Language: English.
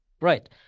Right